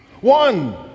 one